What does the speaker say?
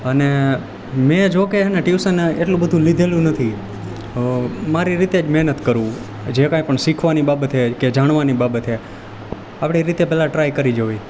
અને મેં જોકે છેને ટ્યુશન એટલું બધું લીધેલું નથી તો મારી રીતે જ મહેનત કરું જે કાઇપણ શીખવાની બાબત છે કે જાણવાની બાબત છે આપણી રીતે પહેલાં ટ્રાય કરી જોવી